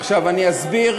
עכשיו, אני אסביר,